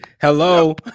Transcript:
hello